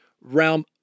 realm